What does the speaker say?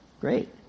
Great